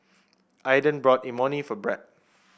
Aaden bought Imoni for Bret